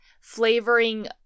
flavoring